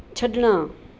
ਛੱਡਣਾ